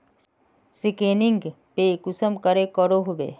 Scanning पे कुंसम करे करो होबे?